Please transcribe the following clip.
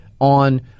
on